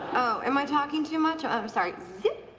oh. am i talking too much? ah i'm sorry. zip!